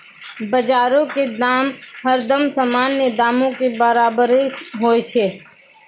बजारो के दाम हरदम सामान्य दामो के बराबरे होय छै